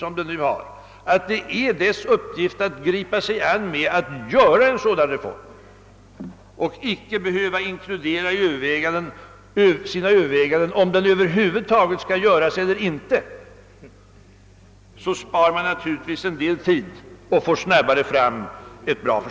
Det bör göras klart att utredningens uppgift är att gripa sig an med att utarbeta ett förslag till allmän sysselsättningsförsäkring och att utredningen icke i sina överväganden behöver inkludera frågan, huruvida reformen över huvud taget skall göras eller ej.